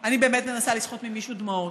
שאני באמת מנסה לסחוט ממישהו דמעות,